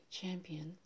champion